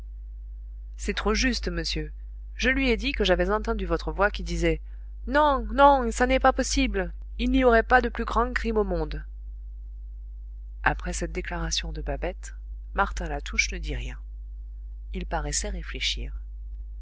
c'est trop juste monsieur je lui ai dit que j'avais entendu votre voix qui disait non non ça n'est pas possible il n'aurait pas de plus grand crime au monde après cette déclaration de babette martin latouche ne dit rien il paraissait réfléchir